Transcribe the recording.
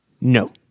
No